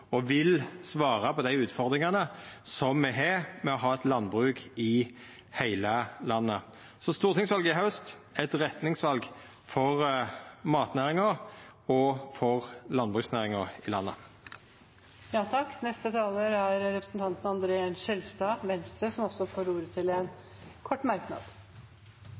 og svara på dei utfordringane som me har med å ha eit landbruk i heile landet. Stortingsvalet i haust er eit retningsval for matnæringa og for landbruksnæringa i landet. Representanten André N. Skjelstad har hatt ordet to ganger tidligere og får ordet til en kort merknad,